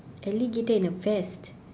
alligator in a vest